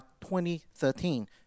2013